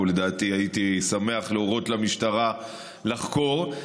לדעתי הייתי שמח להורות למשטרה לחקור.